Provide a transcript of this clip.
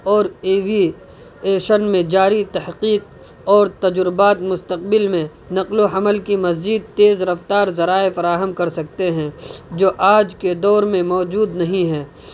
اور ایویئیشن میں جاری تحقیق اور تجربات مستقبل میں نقل و حمل کی مزید تیز رفتار ذرائع فراہم کر سکتے ہیں جو آج کے دور میں موجود نہیں ہیں